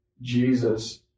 jesus